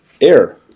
air